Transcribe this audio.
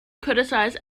criticized